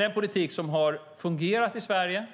Den politik som fungerat i Sverige